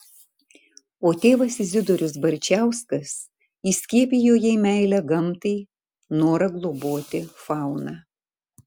o tėvas izidorius barčauskas įskiepijo jai meilę gamtai norą globoti fauną